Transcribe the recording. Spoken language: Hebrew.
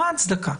מה ההצדקה?